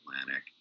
Atlantic